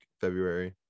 February